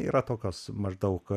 yra tokios maždaug